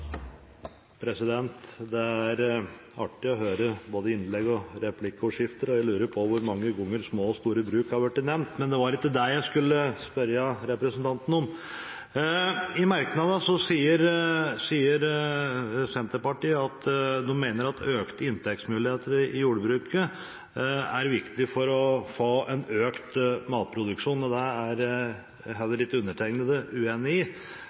artig å høre på både innlegg og replikkordskifter, og jeg lurer på hvor mange ganger små og store bruk har vært nevnt, men det var ikke det jeg skulle spørre representanten om. I merknadene sier Senterpartiet at de mener at økte inntektsmuligheter i jordbruket er viktig for å få en økt matproduksjon, og det er heller ikke undertegnede uenig i.